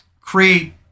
create